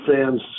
fans